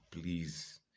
please